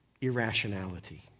irrationality